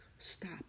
Stop